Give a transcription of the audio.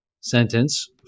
sentence